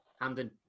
Hamden